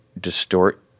distort